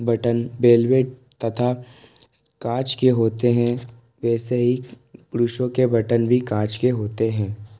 button velvet तथा काँच के होते हैं वैसे ही पुरुषों के बटन भी काँच के होते हैं